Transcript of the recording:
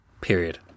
Period